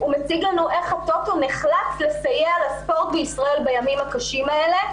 הוא מציג לנו איך הטוטו נחלץ לסייע לספורט בישראל בימים הקשים האלה.